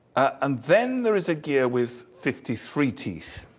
and then there is a gear with fifty three teeth.